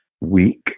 week